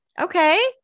Okay